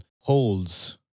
holds